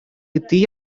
ытти